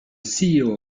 ceo